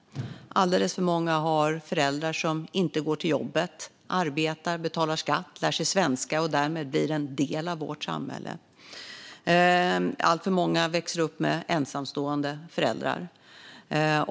Alldeles för många har föräldrar som inte lär sig svenska, går till jobbet och betalar skatt och därmed blir en del av vårt samhälle. Alltför många växer upp med ensamstående föräldrar.